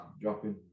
dropping